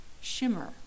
shimmer